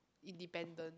independent